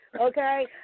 Okay